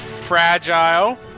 fragile